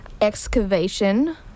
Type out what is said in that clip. excavation